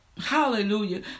Hallelujah